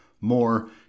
more